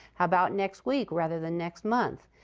how about next week rather than next month?